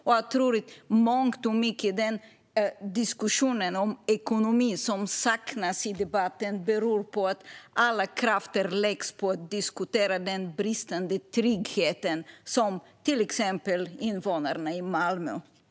I mångt och mycket beror avsaknaden av diskussion om ekonomi i debatten på att all kraft läggs på att diskutera den bristande tryggheten hos till exempel invånarna i Malmö.